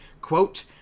Quote